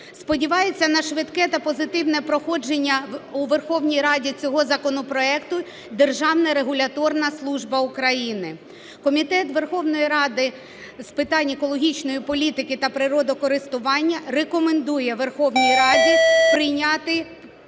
Сподівається на швидке та позитивне проходження у Верховній Раді цього законопроекту Державна регуляторна служба України. Комітет Верховної Ради з питань екологічної політики та природокористування рекомендує Верховній Раді прийняти